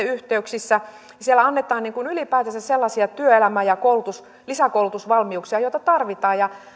yhteydessä käydään kymppiluokkaa siellä annetaan ylipäätänsä sellaisia työelämä ja lisäkoulutusvalmiuksia joita tarvitaan ja